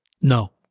No